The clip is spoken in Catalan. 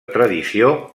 tradició